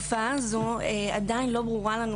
היקף התופעה והתחומים שלה עדיין לא ברור לנו.